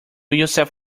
yourself